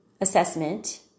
assessment